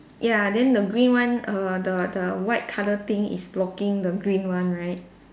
ya then the green one err the the white colour thing is blocking the green one right